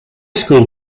school